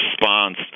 response